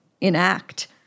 enact